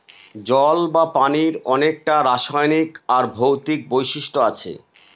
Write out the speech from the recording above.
জল বা পানির অনেককটা রাসায়নিক আর ভৌতিক বৈশিষ্ট্য আছে